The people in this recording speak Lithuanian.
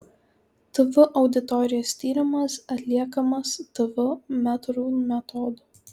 tv auditorijos tyrimas atliekamas tv metrų metodu